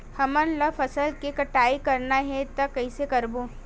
हमन ला फसल के कटाई करना हे त कइसे करबो?